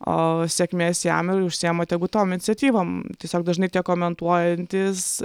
sėkmės jam ir užsiima tegu tom iniciatyvom tiesiog dažnai tie komentuojantys